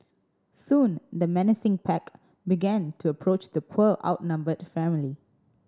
soon the menacing pack began to approach the poor outnumbered family